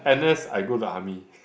N_S I go to army